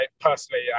personally